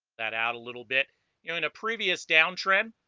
that out a little bit you know in a previous downtrend